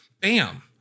Bam